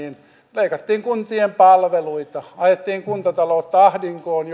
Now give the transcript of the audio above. kuntien palveluita ajettiin kuntataloutta ahdinkoon